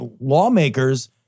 lawmakers